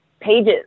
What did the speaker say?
pages